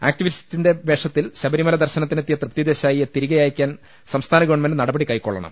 ആക്ടിവിസ്റ്റിന്റെ വേഷത്തിൽ ശബ രിമല ദർശനത്തിനെത്തിയ തൃപ്തി ദേശായിയെ തിരികെ അയ ക്കാൻ സംസ്ഥാന ഗവൺമെന്റ് നടപടി കൈക്കൊള്ളണം